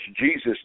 Jesus